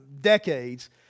decades